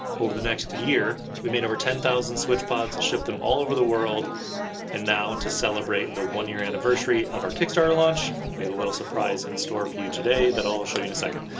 over the next year, we made over ten thousand switchpods, shipped them all over the world and now to celebrate the one year anniversary of our kickstarter launch, we have a little surprise in store for you today that i'll show you in a second.